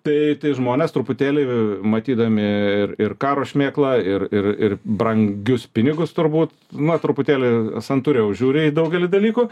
tai tai žmonės truputėlį matydami ir ir karo šmėklą ir ir ir brangius pinigus turbūt na truputėlį santūriau žiūri į daugelį dalykų